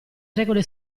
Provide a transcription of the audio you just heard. regole